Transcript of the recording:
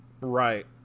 Right